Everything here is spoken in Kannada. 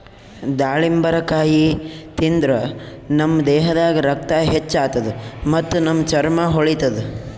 ದಾಳಿಂಬರಕಾಯಿ ತಿಂದ್ರ್ ನಮ್ ದೇಹದಾಗ್ ರಕ್ತ ಹೆಚ್ಚ್ ಆತದ್ ಮತ್ತ್ ನಮ್ ಚರ್ಮಾ ಹೊಳಿತದ್